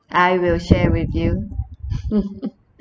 I will share with you